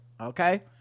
okay